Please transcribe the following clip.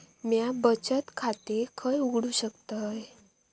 म्या बचत खाते खय उघडू शकतय?